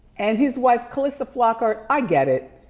and his wife calista flockhart, i get it.